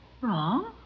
Wrong